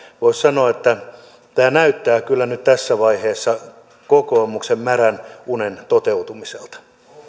voisi sanoa että tämä kyllä näyttää nyt tässä vaiheessa kokoomuksen märän unen toteutumiselta